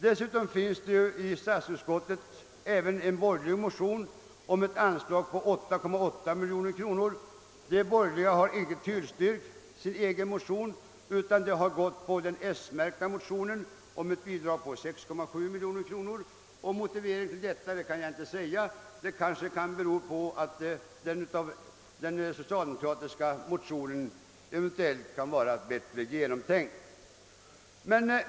Dessutom har i statsutskottet behandlats även en borgerlig motion om ett anslag på 8,8 miljoner kronor. De borgerliga har icke tillstyrkt sin egen motion, utan de har tillstyrkt den s-märkta motionen om bidrag med 6,7 miljoner. Om motiveringen till detta kan jag ingenting säga — det beror eventuellt på att den socialdemokratiska motionen kan vara bättre genomtänkt.